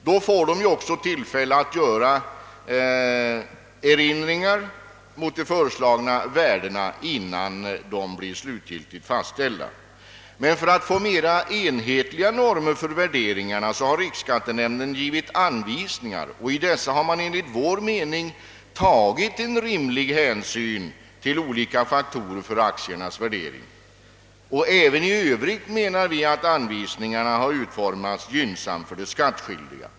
De får därvid tillfälle att göra erinringar mot de föreslagna värdena innan dessa slutgiltigt fastställes. För att få mera enhetliga normer för värderingarna har riksskattenämnden också utfärdat anvisningar. I dessa har man enligt vår mening tagit rimlig hänsyn till olika faktorer som inverkar på aktiernas värdering. Även i övrigt anser vi att anvisningarna har utformats gynnsamt för de skattskyldiga.